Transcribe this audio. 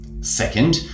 Second